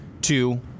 Two